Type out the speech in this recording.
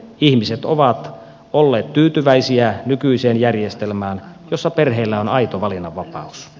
ihmiset ovat olleet tyytyväisiä nykyiseen järjestelmään jossa perheillä on aito valinnanvapaus